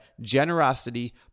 generosity